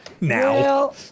now